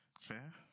fair